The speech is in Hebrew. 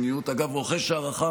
הישיבה, ואתה לא תדבר אליי ככה.